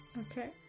Okay